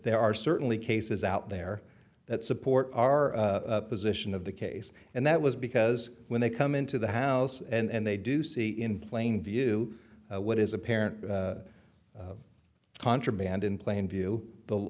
there are certainly cases out there that support our position of the case and that was because when they come into the house and they do see in plain view what is apparent contraband in plain view the